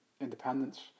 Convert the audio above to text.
independence